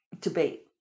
debate